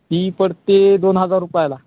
ती पडते दोन हजार रुपयाला